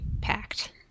packed